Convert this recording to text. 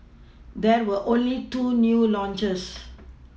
there were only two new launches